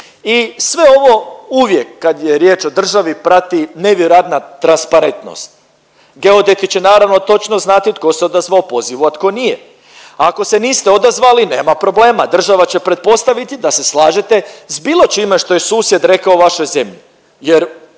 I sve ovo uvijek kad je riječ o državi prati nevjerojatna transparentnost. Geodeti će naravno točno znati tko se odazvao pozivu, a tko nije, ako se niste odazvali nema problema, država će pretpostaviti da se slažete s bilo čime što je susjed rekao o vašoj zemlji